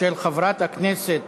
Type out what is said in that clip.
של חברת הכנסת